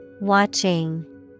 Watching